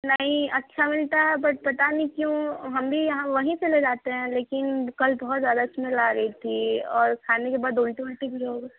नहीं अच्छा मिलता है बट पता नहीं क्यों हम भी यहाँ वहीं से ले जाते हैं लेकिन कल बहुत ज़्यादा इस्मेल आ रही थी और खाने के बाद उलटी उलटी भी हो गई